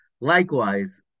Likewise